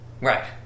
Right